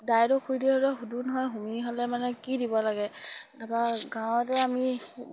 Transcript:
দাইদেউ খুৰীদেউহঁতক সুধো নহয় হুমি হ'লে মানে কি দিব লাগে তাৰপৰা গাঁৱতে আমি